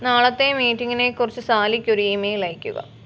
നാളത്തെ മീറ്റിങ്ങിനേക്കുറിച്ച് സാലിക്കൊരു ഈമെയിലയയ്ക്കുക